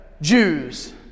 Jews